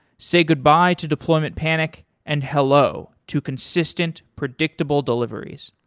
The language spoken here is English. say goodbye to deployment panic and hello to consistent, predictable deliveries.